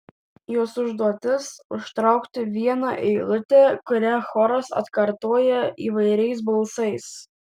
jos užduotis užtraukti vieną eilutę kurią choras atkartoja įvairiais balsais